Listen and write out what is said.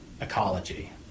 ecology